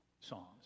songs